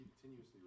continuously